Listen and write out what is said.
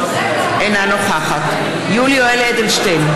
אינה נוכחת יולי יואל אדלשטיין,